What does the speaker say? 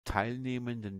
teilnehmenden